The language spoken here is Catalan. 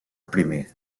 primer